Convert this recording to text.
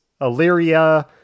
Illyria